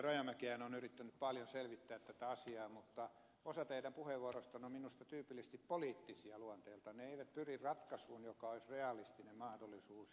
rajamäkihän on yrittänyt paljon selvittää tätä asiaa mutta osa teidän puheenvuoroistanne on minusta tyypillisesti poliittisia luonteeltaan ne eivät pyri ratkaisuun joka olisi realistinen mahdollisuus